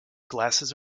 glasses